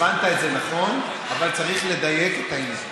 הבנת את זה נכון, אבל צריך לדייק את העניין.